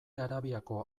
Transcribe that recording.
arabiako